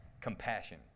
compassion